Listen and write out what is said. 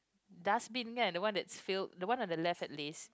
dustbin kan the one that's filled the one on the left at least